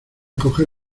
coger